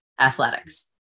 athletics